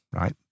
right